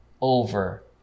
over